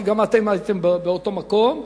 כי גם אתם הייתם באותו מקום,